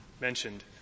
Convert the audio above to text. mentioned